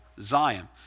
Zion